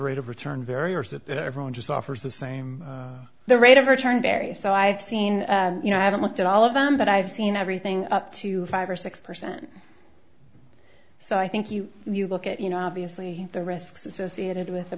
rate of return vary or is it that everyone just offers the same the rate of return varies so i've seen you know i haven't looked at all of them but i've seen everything up to five or six percent so i think you you look at you know obviously the risks associated with